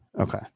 okay